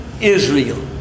Israel